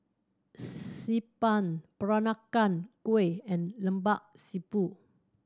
Xi Ban Peranakan Kueh and Lemak Siput